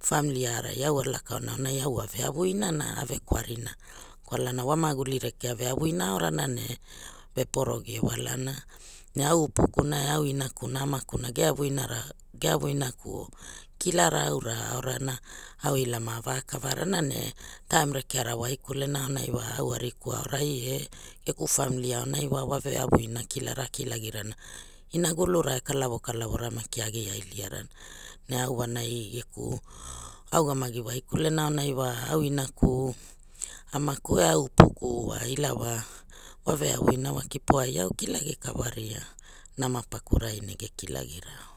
famili au a laka oana aunai au ave avuinana ave kwrina kwalana wa maguli rekea veavu ina aorana ne peporo ge walana ne au upuku e au inakuna amakuna ge avu ina ra ge avuina kuo kilara aura aorana au e ilava ava kavarana ne taim rekera a waikulena aonai wa au ariku aurai e geku famili aonai wa wa veavu inara kilara or kilagirana inagulura e kalavo kalavo ra maki a gia iligarana ne au wanai geku a ugamagi waikule aunai wa au inaku amaku eh au upuku wa ila wa, wa veavu ina wa kipo ai au kilagi kawaria nama pakurai ne ge kilagi rao.